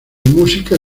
música